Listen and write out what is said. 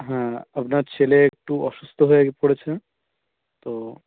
হ্যাঁ আপনার ছেলে একটু অসুস্থ হয়ে পড়েছে তো